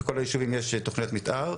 בכל היישובים יש תכניות מתאר,